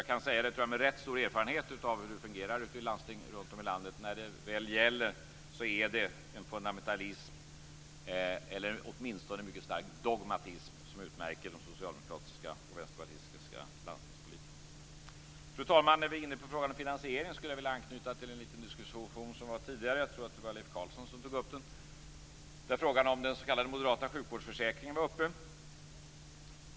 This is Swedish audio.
Jag kan säga, tror jag, med rätt stor erfarenhet av hur det fungerar ute i landsting runt om i landet att när det väl gäller är det en fundamentalism eller åtminstone en mycket stark dogmatism som utmärker de socialdemokratiska och vänsterpartistiska landstingspolitikerna. Fru talman! När vi är inne på frågan om finansiering skulle jag vilja anknyta till en liten diskussion som var uppe tidigare. Jag tror att det var Leif Carlson som tog upp den. Det var frågan om den s.k. moderata sjukvårdsförsäkringen som var uppe.